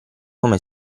come